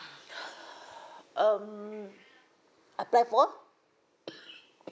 um apply for